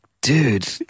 dude